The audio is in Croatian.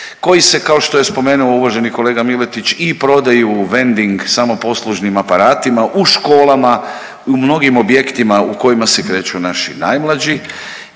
koji su kao što je spomenuo uvaženi kolega Miletić i prodaju u vending samoposlužnim aparatima u školama, u mnogim objektima u kojima se kreću naši najmlađi